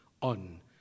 on